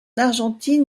argentine